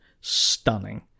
stunning